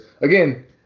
again